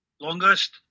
Longest